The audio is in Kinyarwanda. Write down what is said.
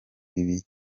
bibi